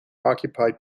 occupied